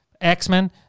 X-Men